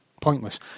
pointless